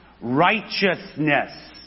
righteousness